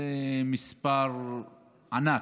זה מספר ענק.